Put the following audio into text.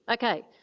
ok.